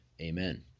Amen